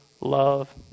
love